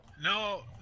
No